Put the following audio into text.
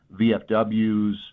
VFWs